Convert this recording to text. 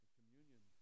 communion